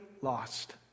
lost